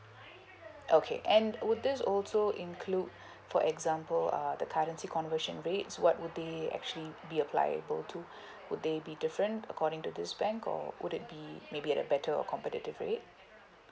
okay and would this also include for example uh the currency conversion rate so what would be actually be applicable to would they be different according to this bank or would it be maybe at a better or competitive rate